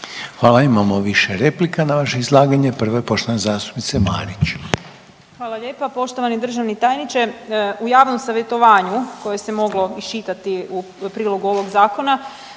Hvala. Imamo više replika na vaše izlaganje, prvo je poštovane zastupnice Marić. **Marić, Andreja (SDP)** Hvala lijepo. Poštovani državni tajniče. U javnom savjetovanju koje se moglo iščitati u prilogu ovog zakona